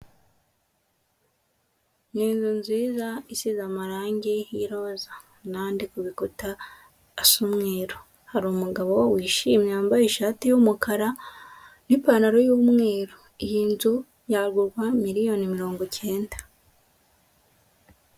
Ni inzu nziza isize amarangi y'iroza n'andi ku bikuta asa umweru, hari umugabo wishimye wambaye ishati y'umukara n'ipantaro y'umweru, iyi nzu yagurwa miliyoni mirongo icyenda.